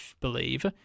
believe